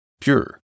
pure